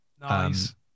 Nice